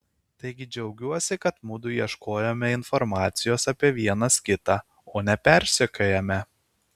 taigi džiaugiuosi kad mudu ieškojome informacijos apie vienas kitą o ne persekiojome